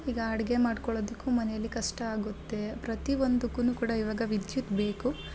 ಈಗ ಅಡುಗೆ ಮಾಡ್ಕೊಳ್ಳೋದಕ್ಕೂ ಮನೇಲಿ ಕಷ್ಟ ಆಗುತ್ತೆ ಪ್ರತಿ ಒಂದುಕ್ಕೂ ಕೂಡ ಇವಾಗ ವಿದ್ಯುತ್ ಬೇಕು